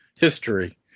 history